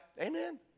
Amen